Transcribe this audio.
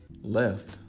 left